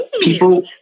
people